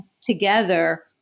together